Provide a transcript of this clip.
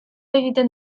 egiten